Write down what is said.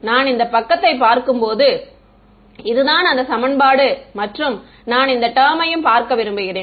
நான் இந்த பக்கத்தைப் பார்க்கும்போது இதுதான் அந்த சமன்பாடு மற்றும் நான் இந்த டெர்மையும் பார்க்க விரும்புகிறேன்